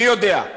מי יודע?